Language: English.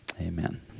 Amen